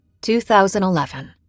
2011